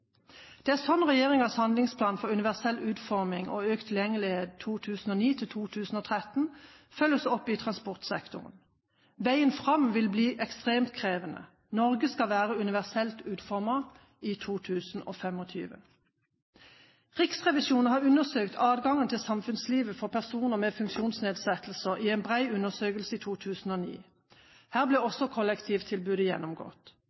Det er slik Regjeringens handlingsplan for universell utforming og økt tilgjengelighet 2009–2013 følges opp i transportsektoren. Veien fram vil bli ekstremt krevende. Norge skal være universelt utformet i 2025. Riksrevisjonen undersøkte adgangen til samfunnslivet for personer med funksjonsnedsettelser i en bred undersøkelse i 2009. Her ble også kollektivtilbudet gjennomgått.